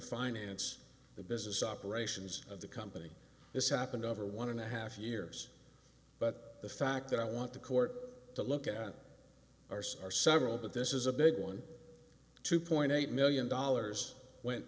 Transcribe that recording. finance the business operations of the company this happened over one and a half years but the fact that i want the court to look at arse are several but this is a big one two point eight million dollars wen